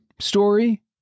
story